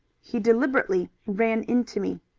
he deliberately ran into me.